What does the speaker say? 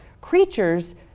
creatures